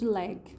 leg